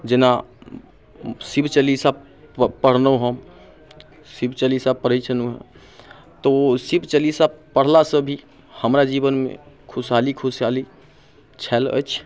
जेना शिव चालीसा पढलहुँ हम शिव चालीसा पढ़ै छलहुँ तऽ शिव चालीसा पढ़लासँ भी हमरा जीवनमे खुशहाली खुशहाली छल अछि